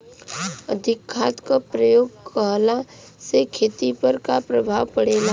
अधिक खाद क प्रयोग कहला से खेती पर का प्रभाव पड़ेला?